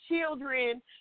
children